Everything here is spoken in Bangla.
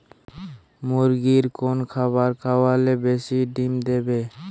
মুরগির কোন খাবার খাওয়ালে বেশি ডিম দেবে?